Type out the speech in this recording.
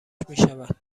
میشود